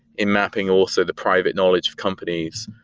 in mapping also the private knowledge companies,